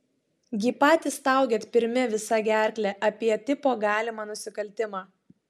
gi patys staugėt pirmi visa gerkle apie tipo galimą nusikaltimą